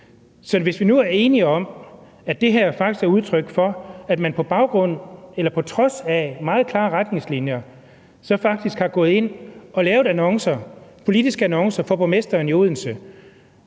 Så hvis nu vi er enige om, at det her faktisk er udtryk for, at man på trods af meget klare retningslinjer så faktisk er gået ind og har lavet annoncer, politiske annoncer for borgmesteren i Odense,